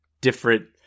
different